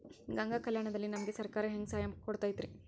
ಗಂಗಾ ಕಲ್ಯಾಣ ದಲ್ಲಿ ನಮಗೆ ಸರಕಾರ ಹೆಂಗ್ ಸಹಾಯ ಕೊಡುತೈತ್ರಿ?